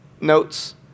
notes